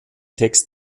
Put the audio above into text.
text